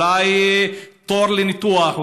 אולי תור לניתוח,